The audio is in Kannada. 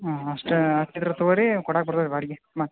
ಹ್ಞೂ ಅಷ್ಟೇ ಅಷ್ಟು ಇದ್ರ ತಗೋರಿ ಕೊಡಾಕೆ ಬರ್ತೇವೆ ಬಾಡ್ಗೆ ಮತ್ತು